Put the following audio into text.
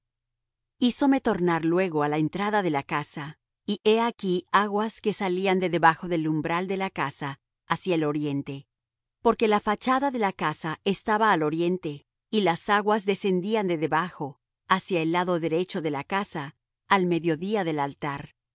pueblo hizome tornar luego á la entrada de la casa y he aquí aguas que salían de debajo del umbral de la casa hacia el oriente porque la fachada de la casa estaba al oriente y las aguas descendían de debajo hacia el lado derecho de la casa al mediodía del altar